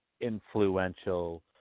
influential